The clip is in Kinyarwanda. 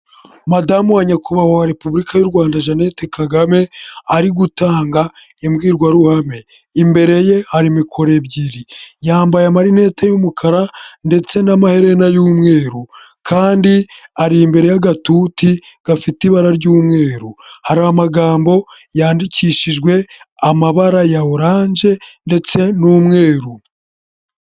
Madamu wa Nyakubahwa wa Repubulika y'u Rwanda Jeannette Kagame ari gutanga imbwirwaruhame, imbere ye hari mikoro ebyiri , yambaye amarinete y'umukara ndetse n'amaherena y'umweru kandi ari imbere y'agatuti gafite ibara ry'umweru, hari amagambo yandikishijwe amabara ya oranje ndetse n'umweru.